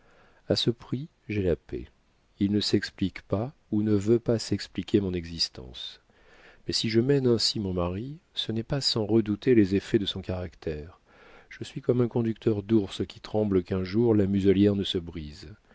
a ce prix j'ai la paix il ne s'explique pas ou ne veut pas s'expliquer mon existence mais si je mène ainsi mon mari ce n'est pas sans redouter les effets de son caractère je suis comme un conducteur d'ours qui tremble qu'un jour la muselière ne se brise